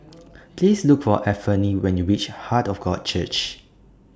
Please Look For Anfernee when YOU REACH Heart of God Church